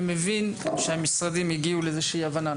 אני מבין שהמשרדים הגיעו לאיזו שהיא הבנה.